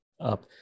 up